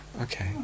okay